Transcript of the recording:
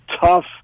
tough